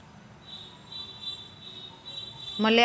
मले auto rickshaw घ्यासाठी कितीक रुपयाच कर्ज भेटनं?